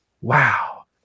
wow